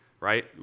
right